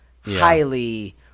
highly